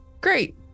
great